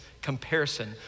Comparison